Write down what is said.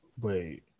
Wait